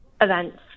events